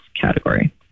category